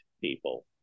people